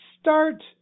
start